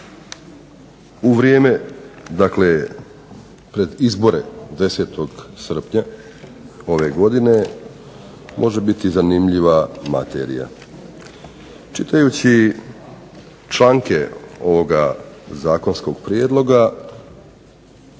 u vrijeme, dakle pred izbore 10. srpnja ove godine može biti zanimljiva materija. Čitajući članke ovoga zakonskog prijedloga